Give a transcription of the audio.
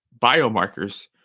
biomarkers